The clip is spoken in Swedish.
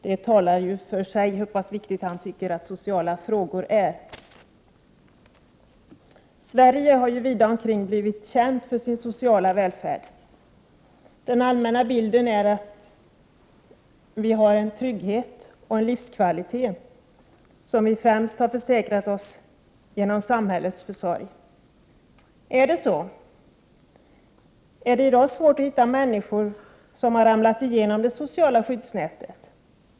Det säger sig självt hur pass viktiga han tycker att de sociala frågorna är. Sverige har vida omkring blivit känt för sin sociala välfärd. Den allmänna bilden är att vi har en trygghet och en livskvalitet som vi främst försäkrat oss om genom samhällets försorg. Är det så? Är det i dag svårt att hitta människor som har ramlat igenom det sociala skyddsnätet?